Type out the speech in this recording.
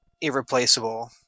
irreplaceable